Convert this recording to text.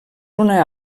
una